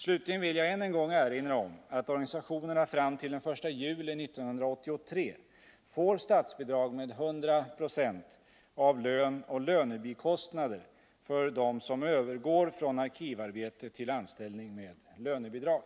Slutligen vill jag än en gång erinra om att organisationerna fram till den 1 juli 1983 får statsbidrag med 100 22 av lön och lönebikostnader för dem som övergår från arkivarbete till anställning med lönebidrag.